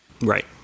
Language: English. right